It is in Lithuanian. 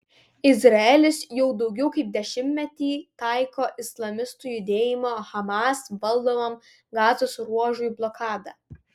izraelis jau daugiau kaip dešimtmetį taiko islamistų judėjimo hamas valdomam gazos ruožui blokadą